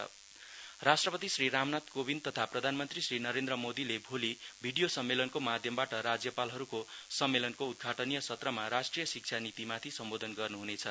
governor conference on NEP राष्ट्रपति श्री रामनाथ कोविन्द तथा प्रधानमन्त्री श्री नरेन्द्र मोदीले भोली भिडियो सम्मेलनको माध्यमबाट राज्यपालहरुका सम्मेलनको उदघाटनीय सत्तमा राष्ट्रिय शिक्षा नितीमाथि सम्बोधन गर्न हुनेछ